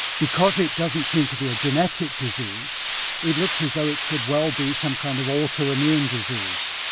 because it doesn't seem to be a genetic disease it looks as though it could well be some kind of auto-immune disease.